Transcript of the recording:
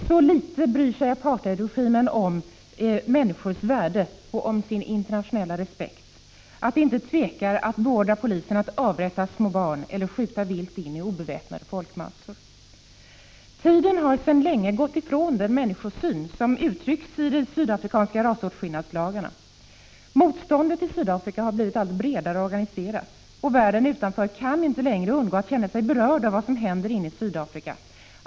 Så litet bryr sig apartheidregimen om människors värde och om sin internationella respekt, att den inte tvekar att beordra polisen att avrätta små barn eller skjuta vilt in i obeväpnade folkmassor. Tiden har sedan länge gått ifrån den människosyn som uttrycks i de sydafrikanska rasåtskillnadslagarna. Motståndet inne i Sydafrika har blivit allt bredare organiserat, och världen utanför kan inte längre undgå att känna sig berörd av vad som händer i Sydafrika.